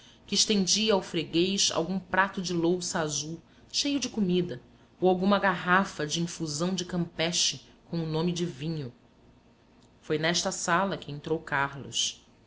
que estendia ao freguês algum prato de louça azul cheio de comida ou alguma garrafa de infusão de campeche com o nome de vinho foi nesta sala que entrou carlos